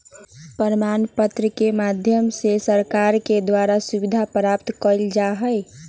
प्रमाण पत्र के माध्यम से सरकार के द्वारा सुविधा प्राप्त कइल जा हई